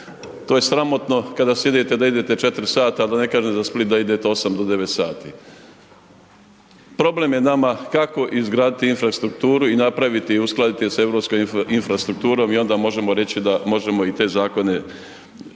To je sramotno kada sjedite da idete 4 sata, a da ne kažem za Split da idete 8-9 sati. Problem je nama kako izgraditi infrastrukturu i napraviti i uskladiti sa europskom infrastrukturom i onda možemo reći da možemo i te zakone podržavati,